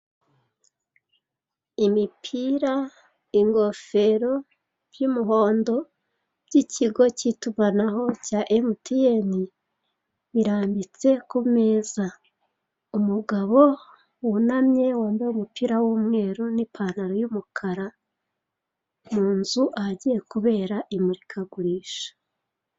Imipira, ingofero by'umuhondo by'ikigo cy'itumanaho cya emutiyeni birambitse ku meza umugabo wunamye wambaye umupira w'umweru n'ipantalo y'umukara mu nzu ahagiye kubera imurikagurisha.